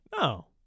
No